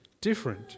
different